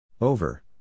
Over